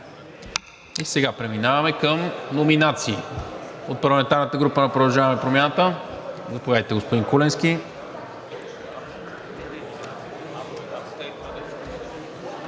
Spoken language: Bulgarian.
Сега преминаваме към номинациите. От парламентарната група на „Продължаваме Промяната“? Заповядайте, господин Куленски.